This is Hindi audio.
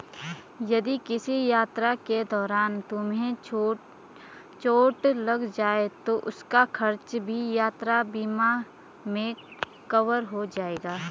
यदि किसी यात्रा के दौरान तुम्हें चोट लग जाए तो उसका खर्च भी यात्रा बीमा में कवर हो जाएगा